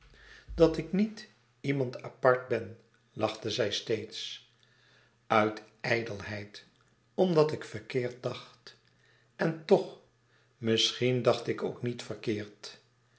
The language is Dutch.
dat ik niet iemand apart ben lachte zij steeds uit ijdelheid omdat ik verkeerd dacht en toch misschien dacht ik ook niet verkeerd